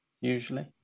usually